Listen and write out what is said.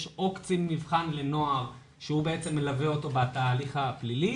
יש או קצין מבחן לנוער שהוא מלווה אותו בתהליך הפלילי